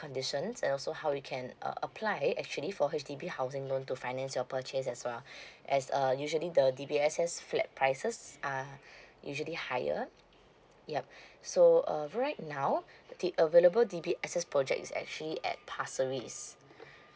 conditions and also how you can uh apply actually for H_D_B housing loan to finance your purchase as well as uh usually the D_B_S_S flat prices are usually higher yup so uh right now the available D_B_S_S project is actually at pasir ris